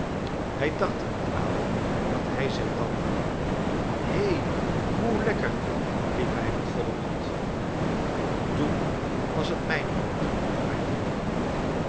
hij dacht er niet aan dat hij zich brandde hè hoe lekker riep hij met vollen mond toen was het mijn beurt om mij te branden